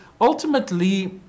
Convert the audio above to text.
ultimately